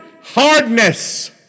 hardness